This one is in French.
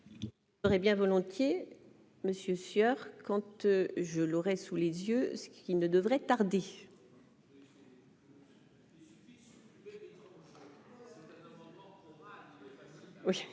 Aurais bien volontiers, monsieur Sueur compte, je leur ai sous les yeux, ce qui ne devrait tarder. Oui,